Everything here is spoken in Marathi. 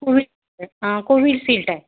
कोवि कोविड शिल्ट आहे